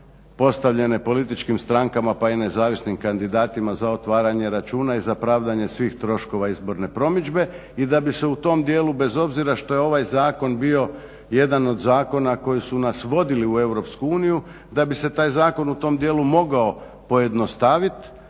postavljene političkim strankama, pa i nezavisnim kandidatima za otvaranje računa i za pravdanje svih troškova izborne promidžbe i da bi se u tom dijelu bez obzira što je ovaj zakon bio jedan od zakona koji su nas vodili u EU, da bi se taj zakon u tom dijelu mogao pojednostaviti,